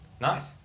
Nice